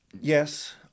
Yes